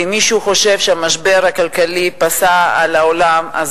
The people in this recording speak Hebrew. ואם מישהו חושב שהמשבר הכלכלי פס מן העולם,